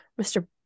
Mr